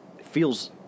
feels